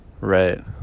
Right